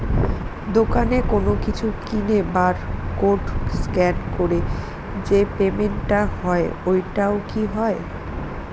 দোকানে কোনো কিছু কিনে বার কোড স্ক্যান করে যে পেমেন্ট টা হয় ওইটাও কি হয়?